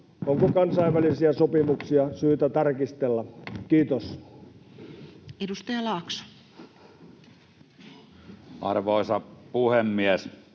onko kansainvälisiä sopimuksia syytä tarkistella? — Kiitos. Edustaja Laakso. Arvoisa puhemies!